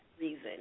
reason